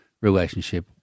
relationship